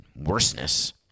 worseness